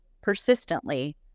persistently